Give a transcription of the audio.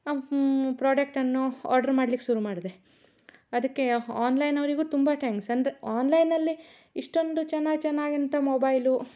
ಪ್ರೊಡಕ್ಟನ್ನು order ಮಾಡ್ಲಿಕ್ಕೆ ಶುರು ಮಾಡಿದೆ ಅದಕ್ಕೆ ಆನ್ಲೈನ್ ಅವರಿಗು ತುಂಬ ಟ್ಯಾಂಕ್ಸ್ ಅಂದರೆ ಆನ್ಲೈನಲ್ಲಿ ಇಷ್ಟೊಂದು ಚೆನ್ನಾಗ್ ಚೆನ್ನಾಗ್ ಇಂಥ ಮೊಬೈಲು